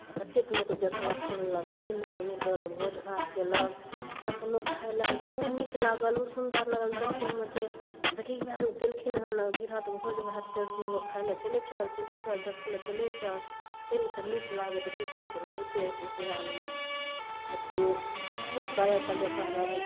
आओर कतेक लोक देखलक सुनलक कते लोकके नीक लागल भोजभात कयलक दस लोक खाय लअ आयल तऽ उ नीक लागल उ सुन्दर लागल देखयमे जे देखही वएह लोक कयलखिन हन गिरहत भोजभात कयलखिन ओ खाय लअ चलै चल चलै चल देखै लअ चलै चल तै लअ कऽ नीक लागैत रहै छै से लगिते रहै छै उपनयनमे अथी कते गायक कलाकार आबै छै